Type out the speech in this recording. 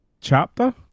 chapter